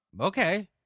Okay